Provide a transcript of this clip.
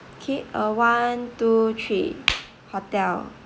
K uh one two three hotel